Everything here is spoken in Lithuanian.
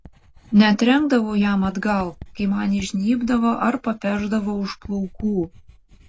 netrenkdavau jam atgal kai man įžnybdavo ar papešdavo už plaukų